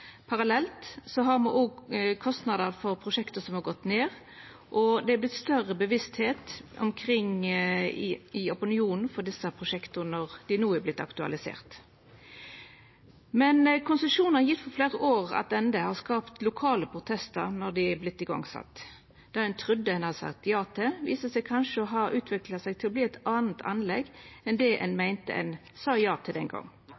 har me òg kostnader som har gått ned for prosjekt, og det har vorte større bevisstheit i opinionen omkring desse prosjekta, når dei no har vorte aktualiserte. Men konsesjonar gjevne for fleire år sidan har skapt lokale protestar når dei har vorte sette i gang. Det ein trudde ein hadde sagt ja til, viser seg kanskje å ha utvikla seg til å verta eit anna anlegg enn det ein meinte ein sa ja til den